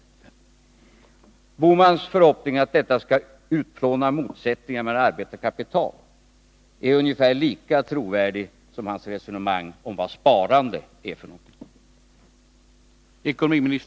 Gösta Bohmans förhoppning att detta skall utplåna motsättningar mellan arbetare och kapital är ungefär lika trovärdig som hans resonemang om vad sparande är för något.